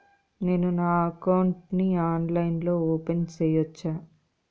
నేను నా అకౌంట్ ని ఆన్లైన్ లో ఓపెన్ సేయొచ్చా?